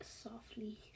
softly